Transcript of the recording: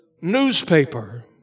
newspaper